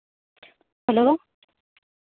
hello